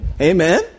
Amen